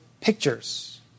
pictures